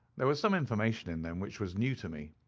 there was some information in them which was new to me.